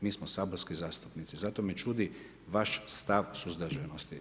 Mi smo saborski zastupnici, zato me čudi vaš stav suzdržanosti.